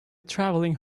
travelling